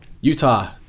Utah